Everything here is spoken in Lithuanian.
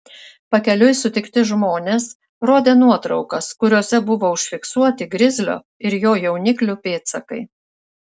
pakeliui sutikti žmonės rodė nuotraukas kuriose buvo užfiksuoti grizlio ir jo jauniklių pėdsakai